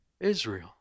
Israel